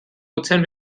ozean